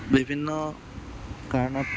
বিভিন্ন কাৰণত